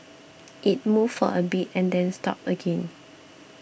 it moved for a bit and then stopped again